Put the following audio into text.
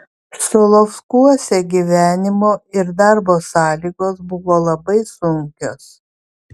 solovkuose gyvenimo ir darbo sąlygos buvo labai sunkios